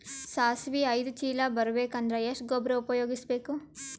ಸಾಸಿವಿ ಐದು ಚೀಲ ಬರುಬೇಕ ಅಂದ್ರ ಎಷ್ಟ ಗೊಬ್ಬರ ಉಪಯೋಗಿಸಿ ಬೇಕು?